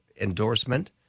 endorsement